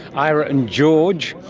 ira and george.